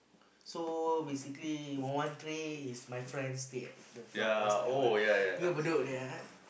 so basically one one three is my friend stay at the block last time ah you know Bedok there ah